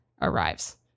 arrives